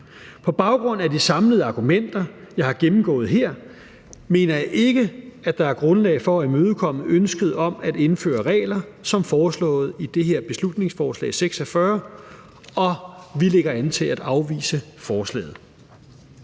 På baggrund af de samlede argumenter, jeg har gennemgået her, mener jeg ikke, at der er grundlag for at imødekomme ønsket om at indføre regler som foreslået i det her beslutningsforslag, B 46, og vi lægger an til at afvise forslaget.